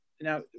now